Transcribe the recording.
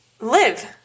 live